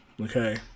okay